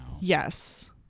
yes